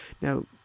Now